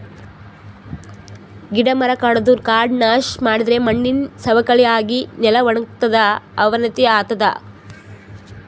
ಗಿಡ ಮರ ಕಡದು ಕಾಡ್ ನಾಶ್ ಮಾಡಿದರೆ ಮಣ್ಣಿನ್ ಸವಕಳಿ ಆಗಿ ನೆಲ ವಣಗತದ್ ಅವನತಿ ಆತದ್